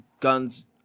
guns